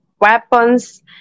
weapons